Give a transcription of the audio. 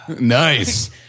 Nice